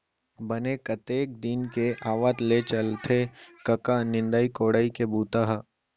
बने कतेक दिन के आवत ले चलथे कका निंदई कोड़ई के बूता ह?